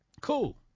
Cool